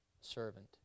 servant